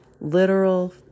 literal